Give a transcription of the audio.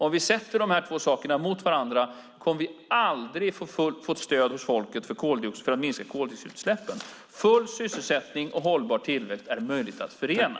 Om vi sätter de här två sakerna mot varandra kommer vi aldrig att få stöd hos folket för en minskning av koldioxidutsläppen. Full sysselsättning och hållbar tillväxt är det möjligt att förena!